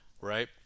right